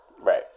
Right